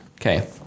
Okay